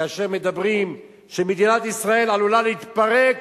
כאשר אומרים שמדינת ישראל עלולה להתפרק,